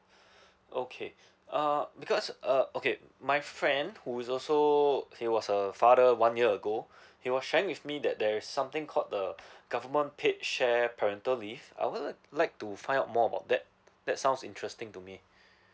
okay uh because uh okay my friend who is also he was a father one year ago he was sharing with me that there's something called the government paid share parental leave I would like to find out more about that that sounds interesting to me